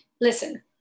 Listen